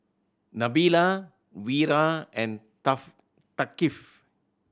Nabila Wira and Thaqif